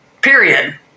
period